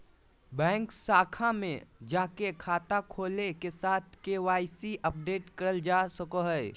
bank शाखा में जाके खाता खोले के साथ के.वाई.सी अपडेट करल जा सको हय